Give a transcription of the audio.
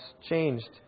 changed